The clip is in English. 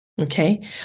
okay